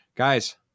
Guys